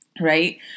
right